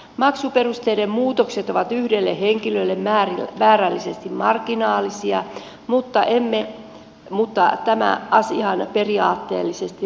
maksuperusteiden muutokset ovat yhdelle henkilölle määrällisesti marginaalisia mutta tämä asiahan on periaatteellisesti ristiriitainen